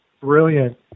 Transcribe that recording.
Brilliant